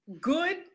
good